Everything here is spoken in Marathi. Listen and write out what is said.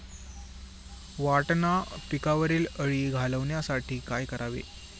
वाटाणा पिकावरील अळी घालवण्यासाठी काय करावे?